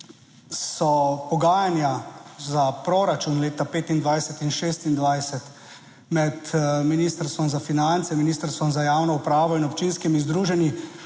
so pogajanja za proračun leta 2025 in 2026 med Ministrstvom za finance, Ministrstvom za javno upravo in občinskimi združenji